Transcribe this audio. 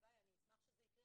הלוואי וזה יקרה.